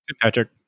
Patrick